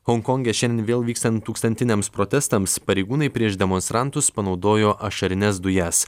honkonge šiandien vėl vykstant tūkstantiniams protestams pareigūnai prieš demonstrantus panaudojo ašarines dujas